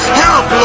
help